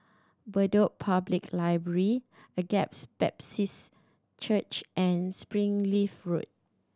Bedok Public Library Agape's Baptist Church and Springleaf Road